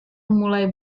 mulai